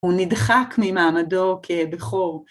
הוא נדחק ממעמדו כבכור.